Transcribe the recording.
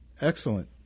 Excellent